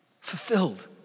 fulfilled